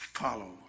follow